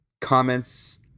comments